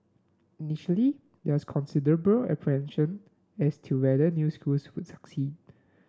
initially there is considerable apprehension as to whether new schools would succeed